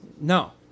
No